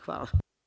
Hvala.